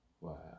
Wow